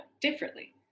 differently